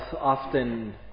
often